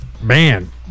man